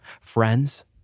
Friends